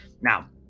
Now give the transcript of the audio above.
now